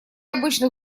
обычный